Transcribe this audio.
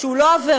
שהוא לא עבירה,